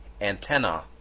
antenna